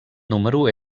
número